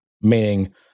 Meaning